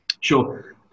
Sure